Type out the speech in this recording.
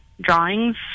drawings